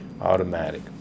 automatic